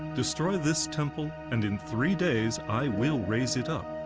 destroy this temple and, in three days, i will raise it up.